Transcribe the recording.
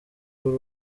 kuri